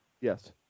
Yes